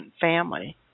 family